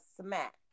smack